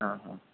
ఆహా